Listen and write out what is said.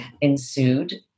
ensued